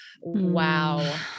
wow